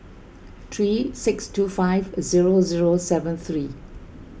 three six two five zero zero seven three